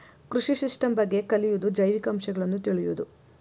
ಕೃಷಿ ಸಿಸ್ಟಮ್ ಬಗ್ಗೆ ಕಲಿಯುದು ಜೈವಿಕ ಅಂಶಗಳನ್ನ ತಿಳಿಯುದು